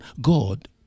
God